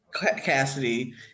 Cassidy